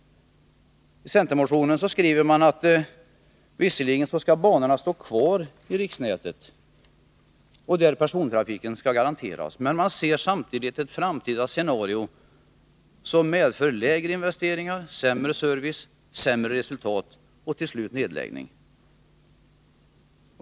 I centermotionen skrivs att banorna visserligen skall stå kvar i riksnätet, och persontrafiken skall garanteras där — men man ser samtidigt ett framtida scenario som medför lägre investeringar, sämre service, sämre resultat och till slut nedläggning.